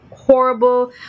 horrible